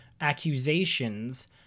accusations